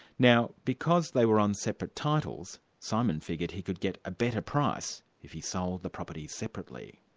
now because they were on separate titles, simon figured he could get a better price if he sold the properties separately.